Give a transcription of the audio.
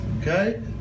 okay